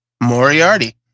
Moriarty